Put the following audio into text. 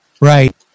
right